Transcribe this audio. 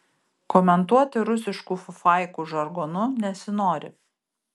komentuoti rusiškų fufaikų žargonu nesinori